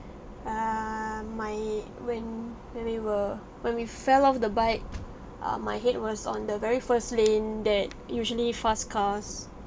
err my when when we were when we fell off the bike err my head was on the very first lane that usually fast cars